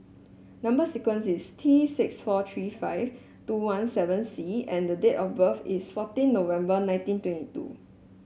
number sequence is T six four three five two one seven C and date of birth is fourteen November nineteen twenty two